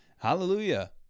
Hallelujah